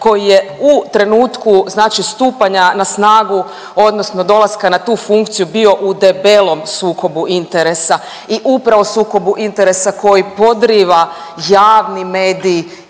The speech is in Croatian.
koji je u trenutku stupanja na snagu odnosno dolaska na tu funkciju bio u debelom sukobu interesa i upravo sukobu interesa koji podriva javnim medij